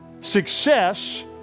Success